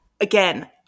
again